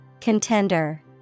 Contender